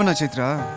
and chaitra.